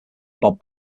bob